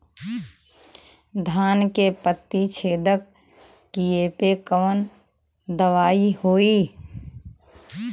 धान के पत्ती छेदक कियेपे कवन दवाई होई?